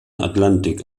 atlantik